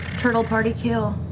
turtle party kill.